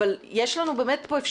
אבל יש לנו פה אפשרות,